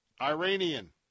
Iranian